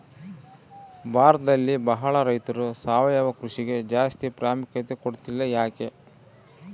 ಭಾರತದಲ್ಲಿ ಬಹಳ ರೈತರು ಸಾವಯವ ಕೃಷಿಗೆ ಜಾಸ್ತಿ ಪ್ರಾಮುಖ್ಯತೆ ಕೊಡ್ತಿಲ್ಲ ಯಾಕೆ?